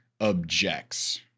objects